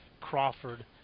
Crawford